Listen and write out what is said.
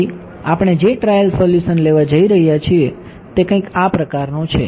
તેથી આપણે જે ટ્રાયલ સોલ્યુશન લેવા જઈ રહ્યા છીએ તે કંઈક આ પ્રકારનું છે